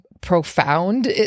profound